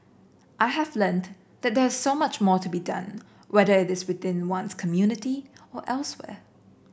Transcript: I have learnt that there is so much more to be done whether it is within one's community or elsewhere